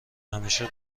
همیشه